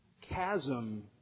chasm